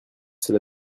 cela